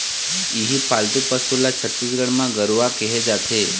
इहीं पालतू पशु ल छत्तीसगढ़ म गरूवा केहे जाथे